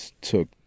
took